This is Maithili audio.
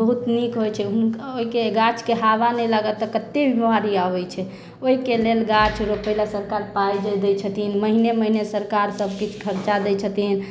बहुत नीक होइ छै हुन ओहिके गाछ के हावा नहि लागत तऽ कते बीमारी आबै छै ओहिके लेल गाछ रोपै लेल सरकार सभटा पाइ जे दै छथिन महिने महिने सरकार सभकिछु खर्चा दै छथिन